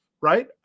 right